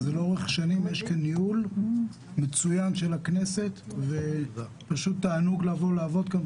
יש כאן ניהול מצוין של הכנסת ופשוט תענוג לבוא לעבוד כאן,